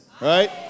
right